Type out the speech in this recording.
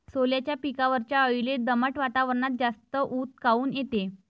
सोल्याच्या पिकावरच्या अळीले दमट वातावरनात जास्त ऊत काऊन येते?